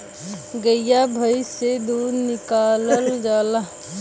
गइया भईस से दूध निकालल जाला